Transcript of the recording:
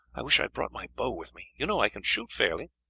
i wish i had brought my bow with me, you know i can shoot fairly.